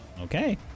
Okay